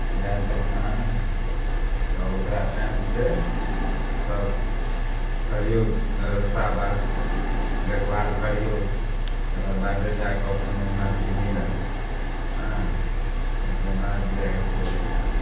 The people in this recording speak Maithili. इएहसब कहानी हइ तब ओकरा टाइमसे सब प्रयोग बेबस्था बात देखभाल करिऔ तकर बादे जाकऽ कोनो उन्नति मिलत हँ ओहिके बाद जे हइ से